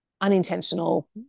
unintentional